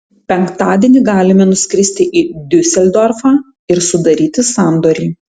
penktadienį galime nuskristi į diuseldorfą ir sudaryti sandorį